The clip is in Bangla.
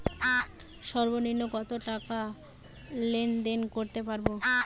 সর্বনিম্ন কত টাকা লেনদেন করতে পারবো?